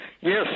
Yes